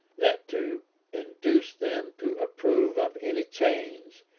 that to induce them to approve of any change,